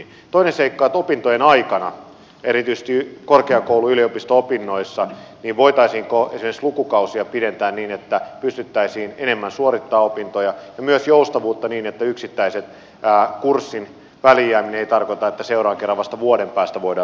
toinen seikka on voitaisiinko opintojen aikana erityisesti korkeakoulu yliopisto opinnoissa esimerkiksi lukukausia pidentää niin että pystyttäisiin enemmän suorittamaan opintoja ja myös saada joustavuutta niin että yksittäisen kurssin väliin jääminen ei tarkoita että seuraavan kerran vasta vuoden päästä voidaan suorittaa